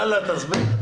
יאללה, תסביר.